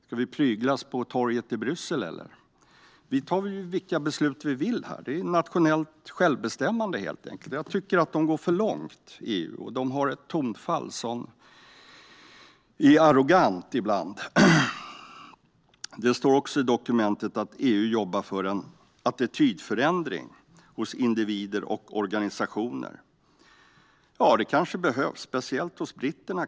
Ska vi pryglas på torget i Bryssel, eller? Vi tar vilka beslut vi vill här. Det är helt enkelt nationellt självbestämmande. Jag tycker att EU går för långt och har ett tonfall som är arrogant ibland. Det står också i dokumentet att EU jobbar för en attitydförändring hos individer och organisationer. Det kanske behövs, speciellt kanske hos britterna.